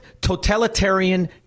totalitarian